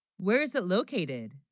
where is it located?